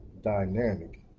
dynamic